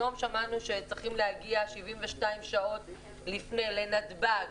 היום שמענו שצריכים להגיע 72 שעות לפני לנתב"ג,